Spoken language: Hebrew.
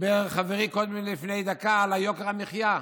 דיבר חברי לפני דקה על יוקר המחיה,